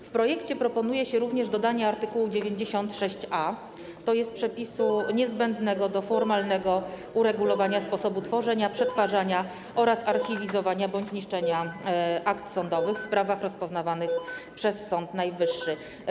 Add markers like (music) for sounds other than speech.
W projekcie proponuje się również dodanie art. 96a, tj. przepisu (noise) niezbędnego do formalnego uregulowania sposobu tworzenia, przetwarzania oraz archiwizowania bądź niszczenia akt sądowych w sprawach rozpoznawanych przez Sąd Najwyższy.